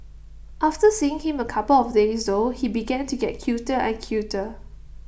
after seeing him A couple of days though he began to get cuter and cuter